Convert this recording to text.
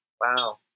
Wow